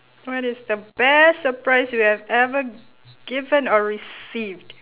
what is the best surprise you have ever given or received